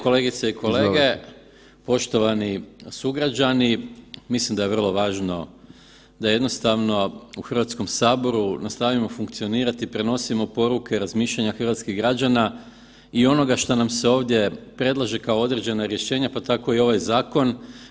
Kolegice i kolege, poštovani sugrađani mislim da je vrlo važno da jednostavno u Hrvatskom saboru nastavimo funkcionirati i prenosimo poruke i razmišljanja hrvatskih građana i onoga šta nam se ovdje predlaže kao određena rješenja, pa tako i ovaj zakon.